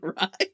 right